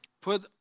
put